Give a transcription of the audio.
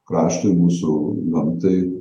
kraštui mūsų gamtai